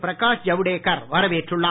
பிரகாஷ் ஜவுடேகர் வரவேற்றுள்ளார்